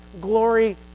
glory